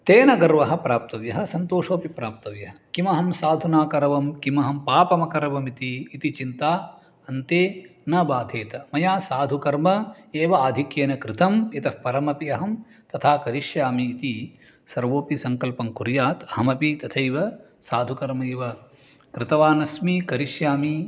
तेन गर्वः प्राप्तव्यः सन्तोषोपि प्राप्तव्यः किमहं साधु नाकरवं किमहं पापमकरवमिति इति चिन्ता अन्ते न बाधेत मया साधुः कर्म एव आधिक्येन कृतम् इतः परमपि अहं तथा करिष्यामि इति सर्वोपि सङ्कल्पं कुर्यात् अहमपि तथैव साधुकर्मैव कृतवानस्मि करिष्यामि